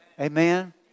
Amen